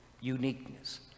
uniqueness